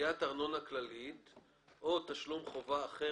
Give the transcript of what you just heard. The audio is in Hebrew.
"גביית ארנונה כללית או תשלום חובה אחר